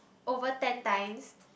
over ten times